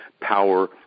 power